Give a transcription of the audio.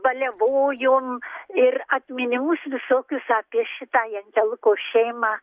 balevojom ir atminimus visokius apie šitą jenkeluko šeimą